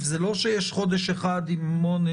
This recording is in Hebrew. ומעט מדי מקרים שהם לא אותו מינימום.